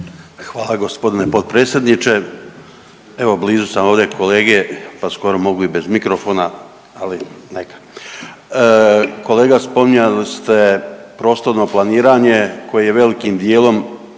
Hvala g. potpredsjedniče. Evo blizu sam ovdje kolege pa skoro mogu i bez mikrofona, ali neka. Kolega spominjali ste prostorno planiranje koje je velikim dijelom